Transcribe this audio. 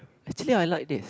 actually I like this